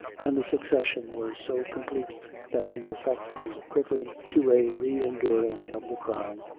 and the succession was so complete that the effect was equivalent to a re-enduring of the crime,